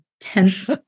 tense